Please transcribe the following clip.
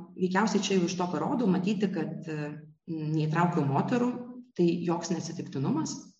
veikiausiai čia jau iš to ką rodau matyti kad neįtraukiau moterų tai joks neatsitiktinumas